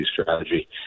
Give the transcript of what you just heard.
strategy